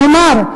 נאמר,